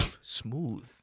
Smooth